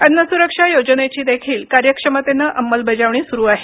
अन्नसुरक्षा योजनेची देखील कार्यक्षमतेनं अमलबजावणी होत आहे